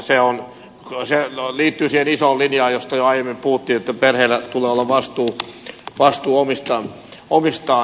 se liittyy siihen isoon linjaan josta jo aiemmin puhuttiin että perheillä tulee olla vastuu omistaan